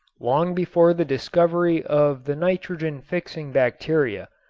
long before the discovery of the nitrogen-fixing bacteria,